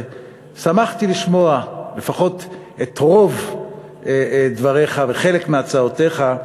שמחתי לשמוע לפחות את רוב דבריך וחלק מהצעותיך,